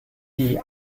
die